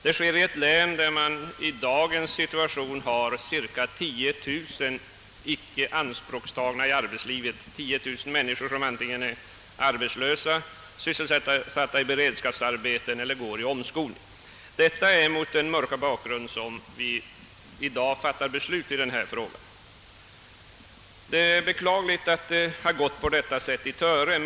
Detta inträffar i ett län där man i dagens situation har cirka 10000 människor icke ianspråktagna i arbetslivet, antingen arbetslösa, sysselsatta i beredskapsarbeten eller under omskolning. Det är mot denna mörka bakgrund vi i dag fattar beslut i denna fråga. Det är beklagligt att det har gått på detta sätt i Töre.